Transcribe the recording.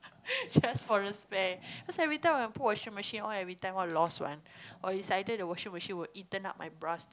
just for a spare cause every time I put washing machine all every time all lost one or is either the washing machine will eaten up my bra still